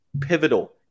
pivotal